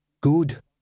Good